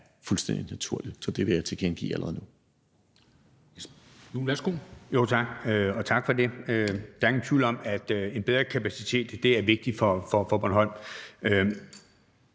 fuldstændig naturligt. Så det vil jeg tilkendegive allerede nu.